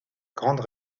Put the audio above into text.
grande